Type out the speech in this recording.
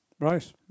Right